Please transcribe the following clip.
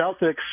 Celtics